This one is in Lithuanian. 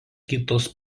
kitos